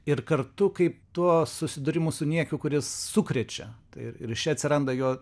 ir kartu kaip tuo susidūrimu su niekiu kuris sukrečia ir ir iš čia atsiranda jo